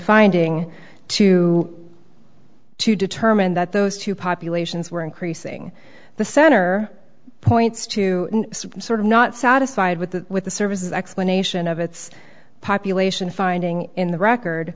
finding two to determine that those two populations were increasing the center points to some sort of not satisfied with the with the services explanation of its population finding in the record